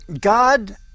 God